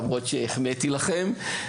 למרות שהחמאתי לכם,